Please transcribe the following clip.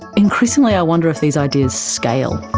increasingly i wonder if these ideas scale,